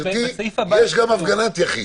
גברתי, יש גם הפגנת יחיד.